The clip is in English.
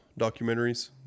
documentaries